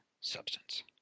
substance